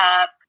up